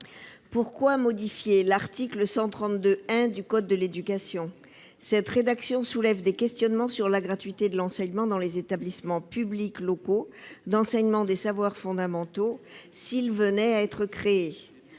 Pourquoi modifier l'article L. 132-1 du code de l'éducation ? Cette rédaction soulève des interrogations sur la gratuité de l'enseignement dans les établissements publics locaux d'enseignement des savoirs fondamentaux, les EPLESF, s'ils venaient à être créés.